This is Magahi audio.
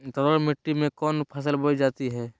जलोढ़ मिट्टी में कौन फसल बोई जाती हैं?